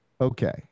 Okay